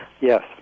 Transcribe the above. Yes